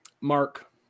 Mark